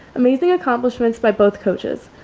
amazing accomplishments by both coaches.